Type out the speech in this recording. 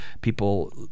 people